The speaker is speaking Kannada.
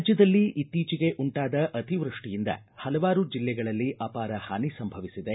ರಾಜ್ದದಲ್ಲಿ ಇತ್ತೀಚೆಗೆ ಉಂಟಾದ ಅತಿವ್ಯಷ್ಟಿಯಿಂದ ಹಲವಾರು ಜಿಲ್ಲೆಗಳಲ್ಲಿ ಅವಾರ ಹಾನಿ ಸಂಭವಿಸಿದೆ